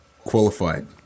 qualified